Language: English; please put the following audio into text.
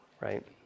right